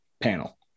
panel